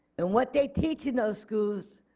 and what they teach in those schools